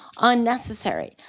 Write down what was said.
Unnecessary